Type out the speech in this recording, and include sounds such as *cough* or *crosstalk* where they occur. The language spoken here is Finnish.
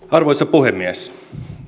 *unintelligible* arvoisa puhemies